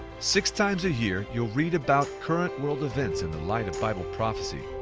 six times a year, you'll read about current world events in the light of bible prophecy,